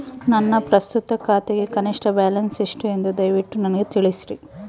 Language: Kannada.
ನನ್ನ ಪ್ರಸ್ತುತ ಖಾತೆಗೆ ಕನಿಷ್ಠ ಬ್ಯಾಲೆನ್ಸ್ ಎಷ್ಟು ಎಂದು ದಯವಿಟ್ಟು ನನಗೆ ತಿಳಿಸ್ರಿ